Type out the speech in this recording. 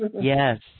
Yes